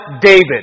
David